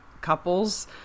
couples